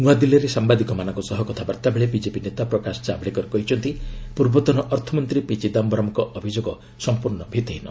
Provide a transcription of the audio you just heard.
ନୂଆଦିଲ୍ଲୀରେ ସାମ୍ଭାଦିକମାନଙ୍କ ସହ କଥାବାର୍ତ୍ତା ବେଳେ ବିଜେପି ନେତା ପ୍ରକାଶ ଜାଭଡେକର କହିଛନ୍ତି ପୂର୍ବତନ ଅର୍ଥମନ୍ତ୍ରୀ ପି ଚିଦାୟରମ୍ଙ୍କ ଅଭିଯୋଗ ସମ୍ପର୍ଣ୍ଣ ଭିତ୍ତିହୀନ